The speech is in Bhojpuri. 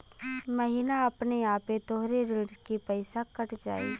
महीना अपने आपे तोहरे ऋण के पइसा कट जाई